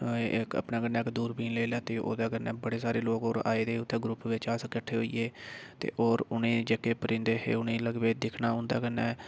इक अपने कन्नै इक दूरबीन लेई लैती ओह्दे कन्नै बड़े सारे लोग होर आये दे हे उ'त्थें ग्रुप बिच अस किट्ठे होइयै ते होर उ'नें ई जेह्के परिंदे हे उ'नें ई लग्गी पे दिक्खना उं'दे कन्नै